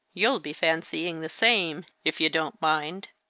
you'll be fancying the same, if you don't mind!